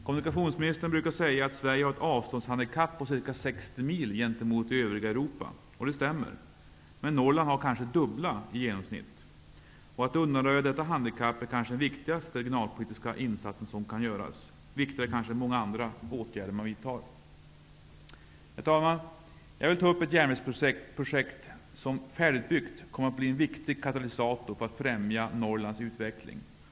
Kommunikationsministern brukar säga att Sverige har ett avståndshandikapp på ca 60 mil gentemot övriga Europa -- och det stämmer. Men Norrland har i genomsnitt det dubbla. Att undanröja detta handikapp är kanske den viktigaste regionalpolitiska insatsen som kan göras -- kanske viktigare än många andra åtgärder som skall vidtas. Herr talman! Jag vill beröra ett järnvägsprojekt som färdigutbyggt kommer att bli en viktig katalysator för att främja Norrlands utveckling.